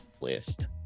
list